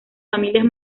familias